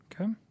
Okay